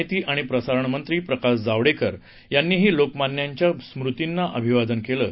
माहिती आणि प्रसारण मंत्री प्रकाश जावडेकर यांनीही लोकमान्यांच्या स्मृतींना अभिवादन केलं आहे